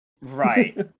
Right